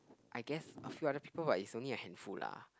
I guess a few other people but it's only a handful lah